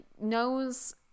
knows